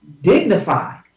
dignified